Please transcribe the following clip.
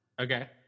Okay